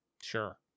sure